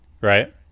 Right